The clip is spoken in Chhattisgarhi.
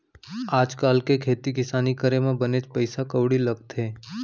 आज काल के खेती किसानी करे म बनेच पइसा कउड़ी लगथे